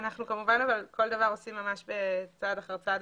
אנחנו כמובן עושים כל דבר צעד אחר צעד,